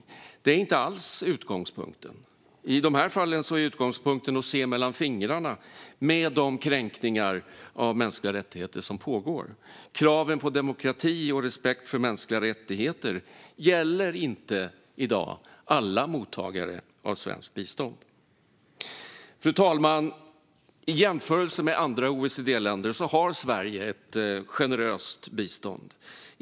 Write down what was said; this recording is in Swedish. Detta är inte alls utgångspunkten - i dessa fall är utgångspunkten att se mellan fingrarna med de kränkningar av mänskliga rättigheter som pågår. Kraven på demokrati och respekt för mänskliga rättigheter gäller i dag inte alla mottagare av svenskt bistånd. Fru talman! I jämförelse med andra OECD-länder har Sverige ett generöst bistånd.